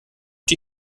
die